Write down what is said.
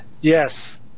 yes